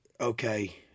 okay